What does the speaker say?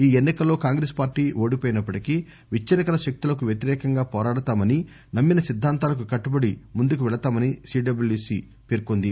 ఈ ఎన్ని కల్లో కాంగ్రెస్ పార్టీ ఓడిపోయినప్పటికీ విచ్చిన్న కర శక్తులకు వ్యతిరేకంగా పోరాడతామని నమ్మిన సిద్దాంతాలకు కట్టుబడి ముందుకు పెళతామని సీడబ్లుసీ తెలిపింది